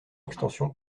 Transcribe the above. extension